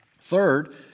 third